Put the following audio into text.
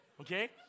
okay